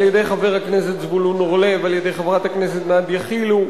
על-ידי חבר הכנסת זבולון אורלב ועל-ידי חברת הכנסת נדיה חילו.